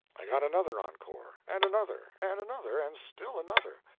i got another encore and another, and another, and still another.